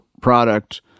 product